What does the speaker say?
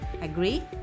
Agree